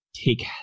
take